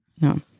No